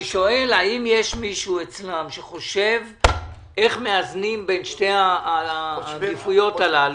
אני שואל אם יש מישהו אצלם שחושב איך מאזנים בין שתי העדיפויות הללו,